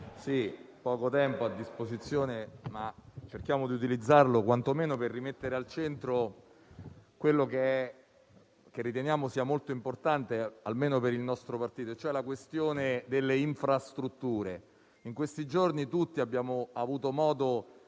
poco tempo a disposizione, cercherò di utilizzarlo quantomeno per rimettere al centro ciò che riteniamo sia molto importante, almeno per il nostro partito, e cioè la questione delle infrastrutture. In questi giorni tutti abbiamo avuto modo di